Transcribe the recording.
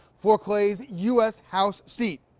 four plays us house seat.